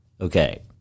Okay